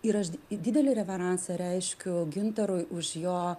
ir aš didelį reveransą reiškiu gintarui už jo